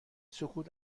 سکوت